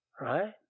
Right